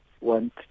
want